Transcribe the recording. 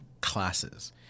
classes